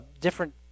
different